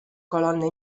colonne